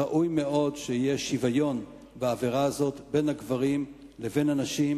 ראוי מאוד שיהיה שוויון בעבירה הזאת בין הגברים לבין הנשים